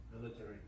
military